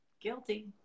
Guilty